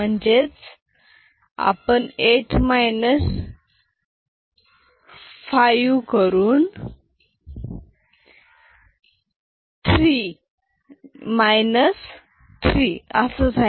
म्हणजे 8 5 आणि minus sign देतो म्हणजे 3